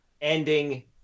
ending